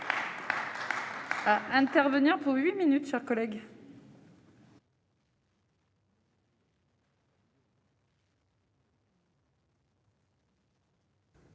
...